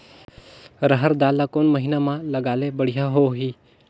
रहर दाल ला कोन महीना म लगाले बढ़िया होही?